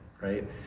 right